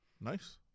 Nice